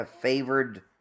favored